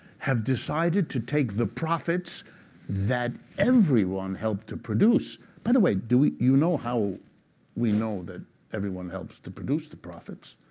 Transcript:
have decided to take the profits that everyone helped to produce by the way, do we you know how we know that everyone helps to produce the profits?